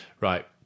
right